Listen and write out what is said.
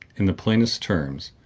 in the plainest terms,